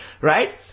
right